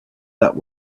that